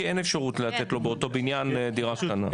כי אין אפשרות לתת לו באותו בניין דירה קטנה,